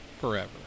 forever